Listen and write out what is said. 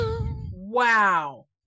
Wow